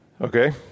okay